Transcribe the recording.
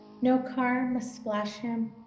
no car must splash him.